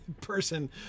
person